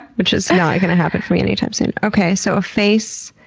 which is not gonna happen for me anytime soon. okay, so a face,